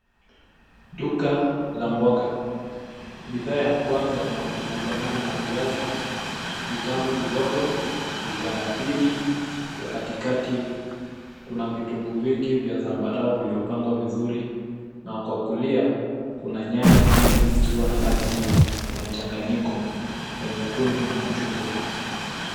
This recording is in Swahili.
Duka la mboga, bidhaa ya kwanza inafanana na viazi vitamu vidogo, bidhaa ya pili ya katikati kuna vituguu vingi vya sambarua viliopangwa vizuri na kwa kulia kuna nyanya nyingi zikiwa na rangi ya mchanganyiko nyekundu na majungwa.